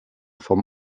vom